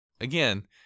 again –